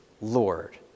Lord